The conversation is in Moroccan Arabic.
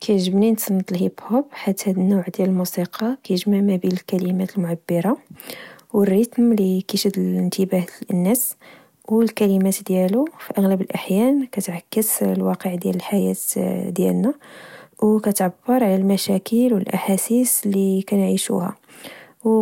كعجبني نتسنط لهيب هوب، حيت هاد النوع ديال الموسيقى كيجمع بين الكلمات المعبرة والريتم لي كيشد الانتباه دالناس. و الكلمات ديالو في أغلب الأحيان كتعكس الواقع ديال الحياة ديالنا، وكتعبر على المشاكل و الأحاسيس اللي كنعشوها،